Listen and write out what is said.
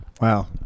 Wow